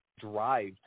drive